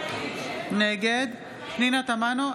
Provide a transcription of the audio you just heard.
נגד פנינה תמנו,